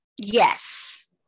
Yes